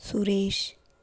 Suresh